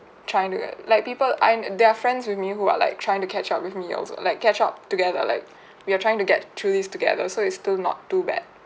trying to like people I'm there are friends with me who are like trying to catch up with me also like catch up together like we are trying to get through this together so it's still not too bad